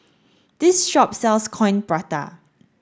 this shop sells coin prata